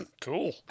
cool